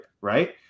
right